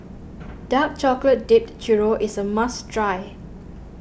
Dark Chocolate Dipped Churro is a must try